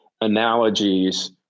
analogies